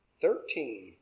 Thirteen